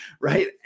Right